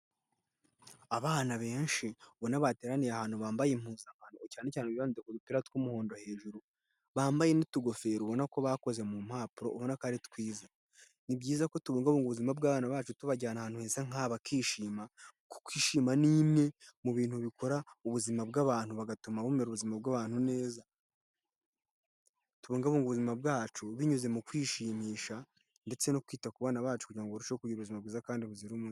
abana benshi ubona bateraniye ahantu bambaye impu udutu tw'umuhondo hejuru bambaye n'utugofero ubona ko bakoze mu mpapuro ubona atari ari twiza ni byiza ko tugombabu mubungazima bw'a bacu tubajyana ahantu heza nka bakishima kukwishima ni imwe mu bintu bikora ubuzima bw'abantu bagatuma bumera ubuzima bw'abantu mu ubuzima bwacu binyuze mu kwishimisha ndetse no kwita ku bana bacu kugira ngorusheho kugira ubuzima bwiza kandi buzirazi.